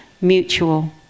mutual